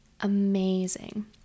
amazing